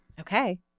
Okay